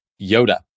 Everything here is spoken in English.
Yoda